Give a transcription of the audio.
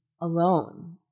alone